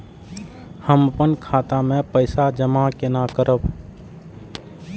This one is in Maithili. हम अपन खाता मे पैसा जमा केना करब?